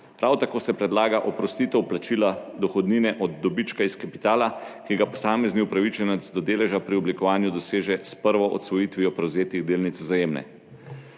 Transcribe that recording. Prav tako se predlaga oprostitev plačila dohodnine od dobička iz kapitala, ki ga posamezni upravičenec do deleža pri oblikovanju doseže s prvo odsvojitvijo prevzetih delnic Vzajemne.